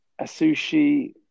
Asushi